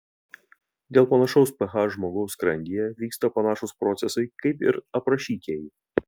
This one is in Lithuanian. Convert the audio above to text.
dėl panašaus ph žmogaus skrandyje vyksta panašūs procesai kaip ir aprašytieji